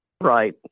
Right